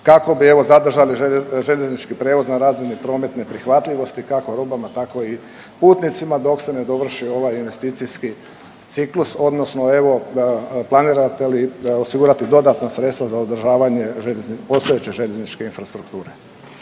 kako bi evo zadržali željeznički prijevoz na razini prometne prihvatljivosti kako robama, tako i putnicima dok se ne dovrši ovaj investicijski ciklus, odnosno evo planirate li osigurati dodatna sredstva za održavanje postojeće željezničke infrastrukture.